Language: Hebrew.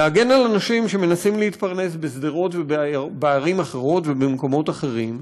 להגן על אנשים שמנסים להתפרנס בשדרות ובערים אחרות ובמקומות אחרים,